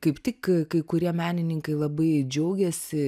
kaip tik kai kurie menininkai labai džiaugiasi